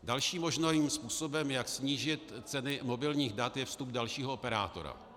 Dalším možným způsobem, jak snížit ceny mobilních dat, je vstup dalšího operátora.